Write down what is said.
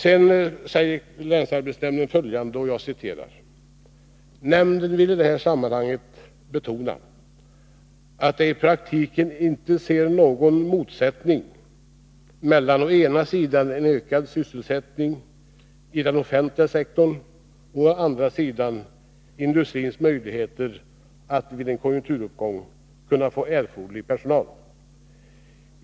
Sedan säger länsarbetsnämnden följande: ”Nämnden vill i det här sammanhanget betona att den i praktiken inte ser någon motsättning mellan å ena sidan en ökad sysselsättning i den offentliga sektorn och, å andra sidan, industrins möjlighet att vid en konjunkturuppgång kunna få erforderlig personal.